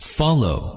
follow